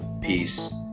peace